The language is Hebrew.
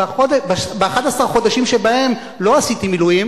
ב-11 החודשים שבהם לא עשיתי מילואים